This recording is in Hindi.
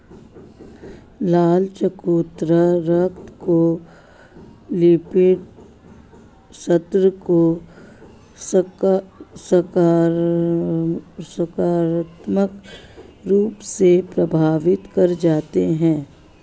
लाल चकोतरा रक्त के लिपिड स्तर को सकारात्मक रूप से प्रभावित कर जाते हैं